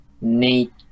need